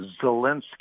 Zelensky